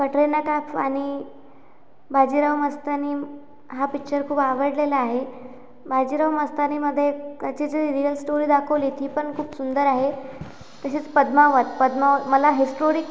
कटरीना कैफ आणि बाजीराव मस्तनी हा पिक्चर खूप आवडलेला आहे बाजीराव मस्तानीमध्ये त्याची जी रिअल स्टोरी दाखवली ती पण खूप सुंदर आहे तशीच पद्मावत पद्मावत मला हिस्टोरिक